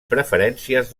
preferències